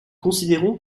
considérons